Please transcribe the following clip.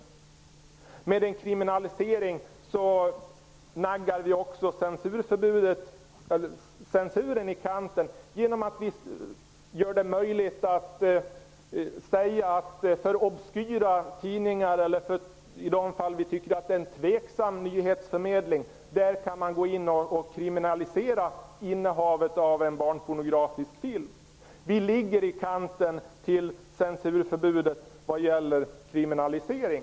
Med en kriminalisering naggar vi censuren i kanten. Då blir det möjligt att kriminalisera obskyra tidningar eller vad vi anser var tvivelaktig nyhetsförmedling eller innehavet av en barnpornografisk film. Vi ligger på gränsen till censurförbudet när det gäller kriminalisering.